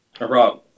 Rob